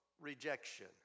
rejection